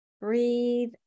Breathe